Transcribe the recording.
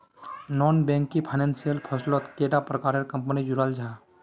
Non banking financial फसलोत कैडा प्रकारेर कंपनी जुराल जाहा?